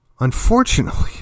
Unfortunately